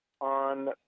on